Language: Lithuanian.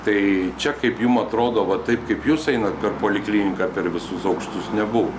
tai čia kaip jum atrodo va taip kaip jūs einat per polikliniką per visus aukštus nebuvo